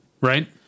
right